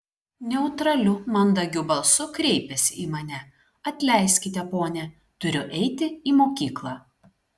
neutraliu mandagiu balsu kreipėsi į mane atleiskite ponia turiu eiti į mokyklą